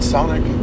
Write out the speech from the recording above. Sonic